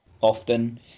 often